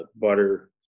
butter